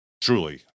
truly